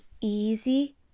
easy